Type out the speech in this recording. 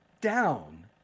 down